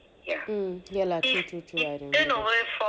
mm yah lah true true true